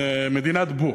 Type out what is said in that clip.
זה מדינת בועות.